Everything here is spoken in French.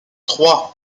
trois